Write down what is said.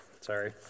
Sorry